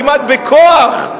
כמעט בכוח,